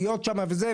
להיות שמה וזה,